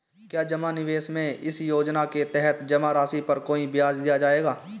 क्या जमा निवेश में इस योजना के तहत जमा राशि पर कोई ब्याज दिया जाएगा?